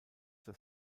das